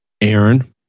Aaron